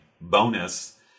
bonus